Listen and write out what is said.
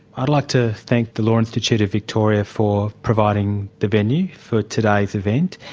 i'd like to thank the law institute of victoria for providing the venue for today's event,